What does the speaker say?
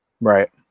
Right